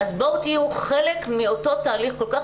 אז בואו תהיו חלק מאותו תהליך כל כך